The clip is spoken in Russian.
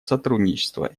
сотрудничества